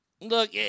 look